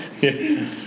yes